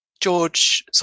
George